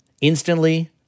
instantly